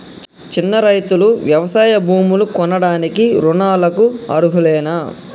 చిన్న రైతులు వ్యవసాయ భూములు కొనడానికి రుణాలకు అర్హులేనా?